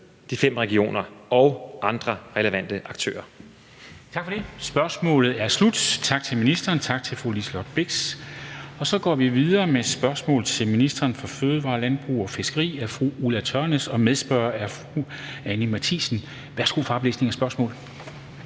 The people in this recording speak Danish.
de fem regioner og andre relevante aktører.